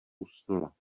usnula